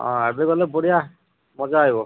ହଁ ଏବେ ଗଲେ ବଢ଼ିଆ ମଜା ଆଇବ